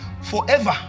Forever